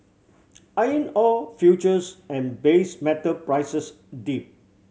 iron ore futures and base metal prices dipped